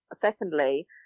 secondly